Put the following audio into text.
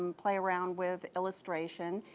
and play around with illustration,